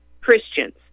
Christians